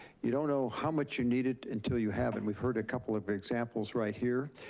you don't know how much you need it until you have. and we've heard a couple of but examples right here.